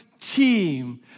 team